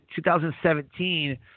2017